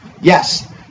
Yes